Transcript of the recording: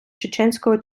чеченського